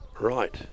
Right